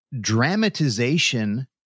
dramatization